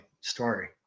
story